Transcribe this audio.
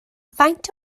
faint